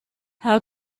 how